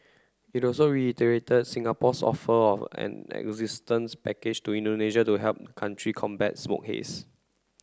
it also reiterated Singapore's offer of an assistance package to Indonesia to help country combat smoke haze